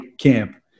camp